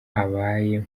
abaye